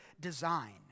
design